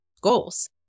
goals